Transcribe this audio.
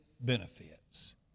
benefits